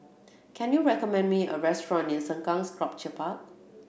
can you recommend me a restaurant near Sengkang Sculpture Park